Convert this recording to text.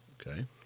Okay